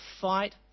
fight